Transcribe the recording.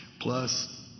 plus